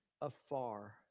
afar